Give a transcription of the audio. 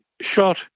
shot